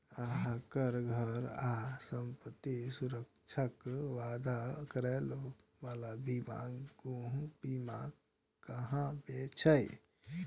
अहांक घर आ संपत्तिक सुरक्षाक वादा करै बला बीमा गृह बीमा कहाबै छै